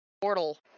portal